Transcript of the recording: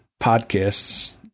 podcasts